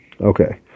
Okay